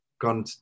gone